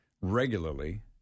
regularly